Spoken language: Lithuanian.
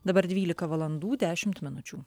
dabar dvylika valandų dešimt minučių